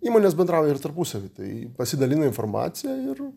įmonės bendrauja ir tarpusavy tai pasidalina informacija ir